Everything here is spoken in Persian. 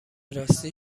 راستی